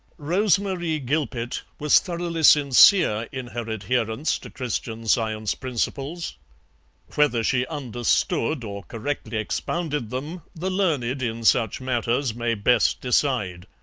rose-marie gilpet was thoroughly sincere in her adherence to christian science principles whether she understood or correctly expounded them the learned in such matters may best decide.